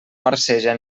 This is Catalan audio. marceja